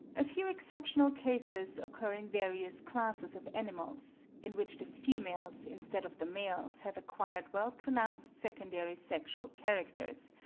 a few exceptional cases occur in various classes of animals, in which the females instead of the males have acquired well pronounced secondary sexual characters,